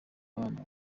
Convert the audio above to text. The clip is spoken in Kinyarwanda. abana